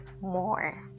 more